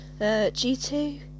g2